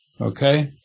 okay